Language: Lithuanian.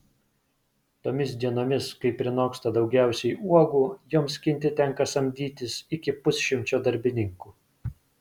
tomis dienomis kai prinoksta daugiausiai uogų joms skinti tenka samdytis iki pusšimčio darbininkų